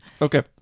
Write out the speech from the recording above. okay